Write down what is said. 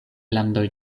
landoj